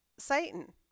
Satan